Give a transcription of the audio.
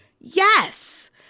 yes